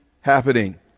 happening